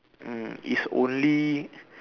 mm is only